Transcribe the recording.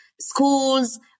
schools